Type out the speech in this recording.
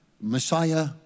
Messiah